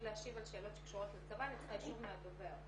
להשיב על שאלות שקשורות לצבא אני צריכה אישור מהדובר.